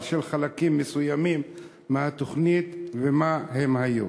של חלקים מסוימים מהתוכנית ומה הם היו?